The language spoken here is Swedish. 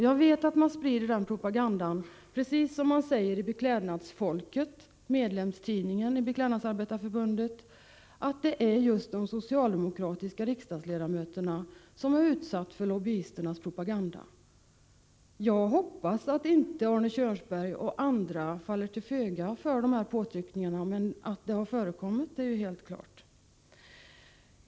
Jag vet att man, som framhålls i Beklädnadsfolket, Beklädnadsarbetarnas förbunds medlemstidning, sprider propagandan att de socialdemokratiska riksdagsledamöterna har utsatts för lobbyisternas propaganda. Jag hoppas att Arne Kjörnsberg och andra inte faller till föga för dessa påtryckningar — att sådana har förekommit är helt klart.